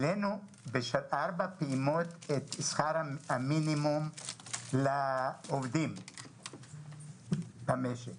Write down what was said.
העלו בארבע פעימות את שכר המינימום לעובדים במשק.